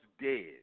dead